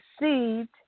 received –